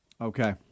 Okay